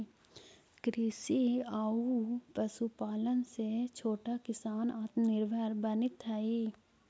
कृषि आउ पशुपालन से छोटा किसान आत्मनिर्भर बनित हइ